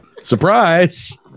Surprise